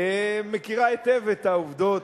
מכירה היטב את העובדות.